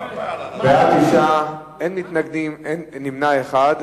בעד, 9, אין מתנגדים, נמנע אחד.